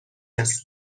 است